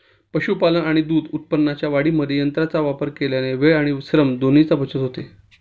पशुपालन आणि दूध उत्पादनाच्या वाढीमध्ये यंत्रांचा वापर केल्याने वेळ आणि श्रम दोन्हीची बचत होते